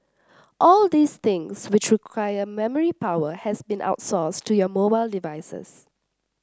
all of these things which requires memory power has been outsourced to your mobile devices